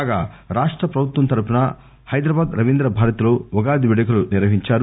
కాగా రాష్ట్ర పభుత్వం తరుపున హైదరా బాద్ రవీందభారతిలో ఉగాది వేడుకలు నిర్వహించారు